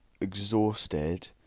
exhausted